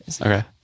Okay